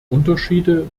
unterschiede